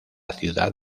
ciudad